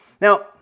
Now